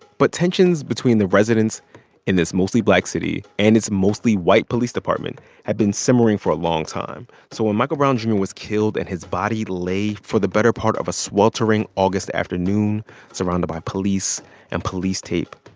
but tensions between the residents in this mostly black city and it's mostly white police department had been simmering for a long time. so when michael brown jr. was killed and his body lay for the better part of a sweltering august afternoon surrounded by police and police tape,